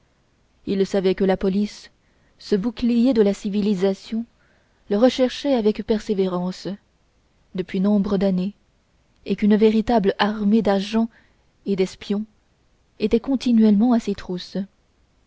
il savait que la police ce bouclier de la civilisation le recherchait avec persévérance depuis nombre d'années et qu'une véritable armée d'agents et d'espions était continuellement à ses trousses